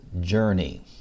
journey